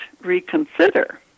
reconsider